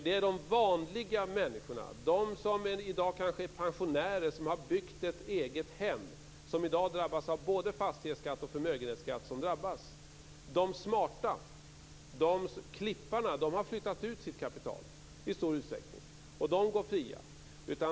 Det är de vanliga människorna, de som i dag kanske är pensionärer och har byggt ett eget hem, som i dag drabbas av både fastighetsskatt och förmögenhetsskatt. De smarta, klipparna, har i stor utsträckning flyttat ut sitt kapital. De går fria.